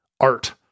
art